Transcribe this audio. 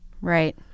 Right